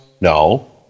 No